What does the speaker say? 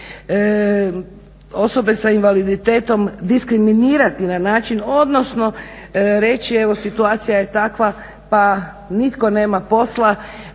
osobe s invaliditetom diskriminirati na način odnosno reći evo situacija je takva pa nitko nema posla